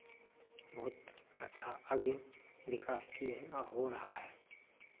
बहुत अच्छा आगे विकास किए हैं और हो रहा है